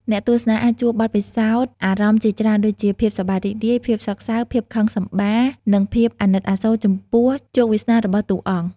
អ្នកទស្សនាអាចជួបបទពិសោធន៍អារម្មណ៍ជាច្រើនដូចជា ភាពសប្បាយរីករាយ ភាពសោកសៅ ភាពខឹងសម្បារ និងភាពអាណិតអាសូរចំពោះជោគវាសនារបស់តួអង្គ។